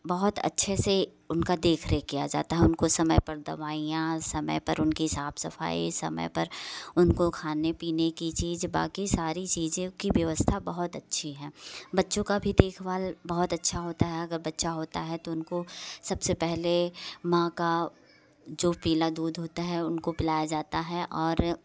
बहुत अच्छे से उनका देख रेख किया जाता है उनको समय पर दवाइयाँ समय पर उनकी साफ सफाई समय पर उनको खाने पीने की चीज़ बाकी सारी चीज़ें को व्यवस्था बहुत अच्छी हैं बच्चों का भी देखभाल बहुत अच्छा होता है अगर बच्चा होता है तो उनको सबसे पहले माँ का जो पीला दूध होता है उनको पिलाया जाता है और